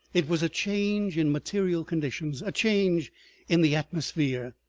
it was a change in material conditions, a change in the atmosphere,